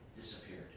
disappeared